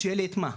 שיהיה לי את מה?